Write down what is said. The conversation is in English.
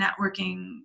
networking